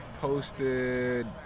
posted